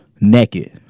naked